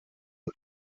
und